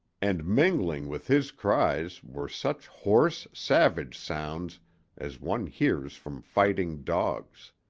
and mingling with his cries were such hoarse, savage sounds as one hears from fighting dogs.